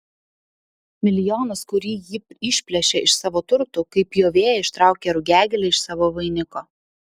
milijonas kurį ji išplėšė iš savo turtų kaip pjovėja ištraukia rugiagėlę iš savo vainiko